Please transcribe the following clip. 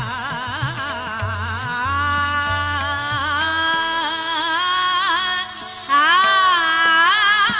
aa ah